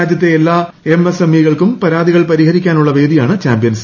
രാജ്യത്തെ എല്ലാ എംഎസ്എംഇകൾക്കും പരാതികൾ പരിഹരിക്കാനുള്ള വേദിയാണ് ചാമ്പ്യൻസ്